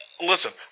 Listen